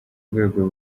rwego